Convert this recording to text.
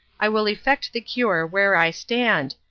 i will effect the cure where i stand,